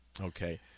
Okay